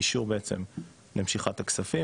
אישור בעצם למשיכת הכספים,